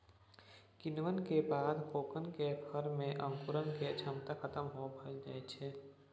किण्वन केर बाद कोकोआ केर फर मे अंकुरण केर क्षमता खतम भए जाइ छै